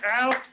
out